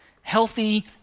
healthy